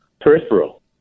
peripheral